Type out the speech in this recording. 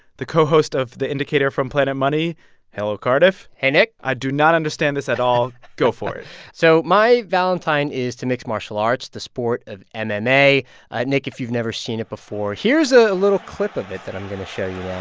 the co-host of the indicator from planet money hello, cardiff hey, nick i do not understand this at all. go for it so my valentine is to mixed martial arts, the sport of and mma. ah nick, if you've never seen it before, here's a little clip of it that i'm going to show yeah